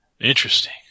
Interesting